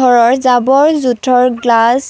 ঘৰৰ জাৱৰ জোঁথৰ গ্লাছ